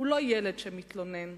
הוא לא ילד שמתלונן.